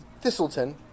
thistleton